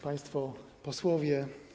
Państwo Posłowie!